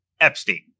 epstein